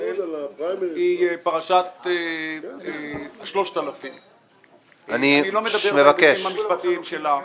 היא פרשת 3,000. אני לא מדבר על ההיבטים המשפטיים שלה,